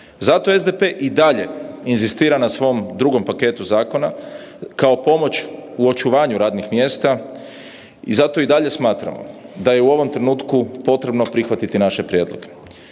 Zato SDP i dalje inzistira na svom drugom paketu zakona kao pomoć u očuvanju radnih mjesta i zato i dalje smatramo da je u ovom trenutku potrebno prihvatiti naše prijedloge.